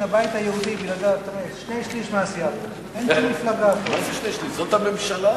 (זירת סוחר לחשבונו העצמי), התש"ע 2010,